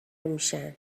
میشن